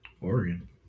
Oregon